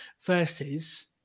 Versus